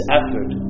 effort